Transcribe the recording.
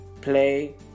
play